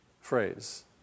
phrase